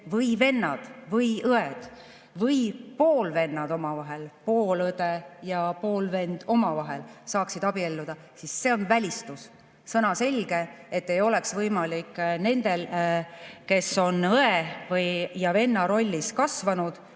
või vennad või õed või poolvennad omavahel, poolõde ja poolvend omavahel saaksid abielluda, siis on sõnaselge välistus, et ei oleks võimalik nendel, kes on õe ja venna rollis kasvanud,